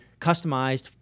customized